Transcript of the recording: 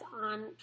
on